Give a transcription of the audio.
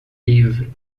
livre